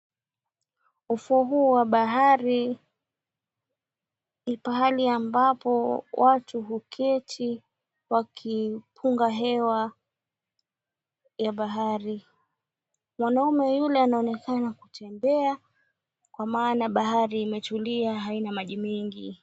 Ufuo huu wa bahari ni pahali ambapo watu huketi wakipunga hewa ya bahari. Mwanaume yule anaonekana kutembea, kwa maana bahari imetulia haina maji mengi.